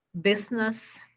Business